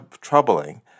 troubling